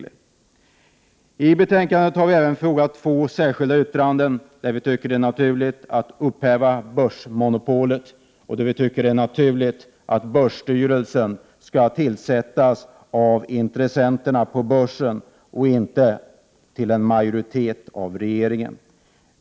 Till betänkandet har vi även fogat två särskilda yttranden, som behandlar upphävande av börsmonopolet resp. börsstyrelsens sammansättning. Vi tycker att det är naturligt att upphäva börsmonopolet. Vi tycker vidare att det är naturligt att börsstyrelsen skall tillsättas av intressenterna på börsen. I dag utses en majoritet av regeringen.